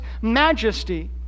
majesty